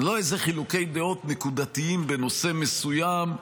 לא איזה חילוקי דעות נקודתיים בנושא מסוים,